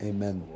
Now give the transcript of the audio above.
Amen